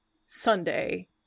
sunday